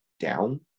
Down